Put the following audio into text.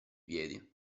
piedi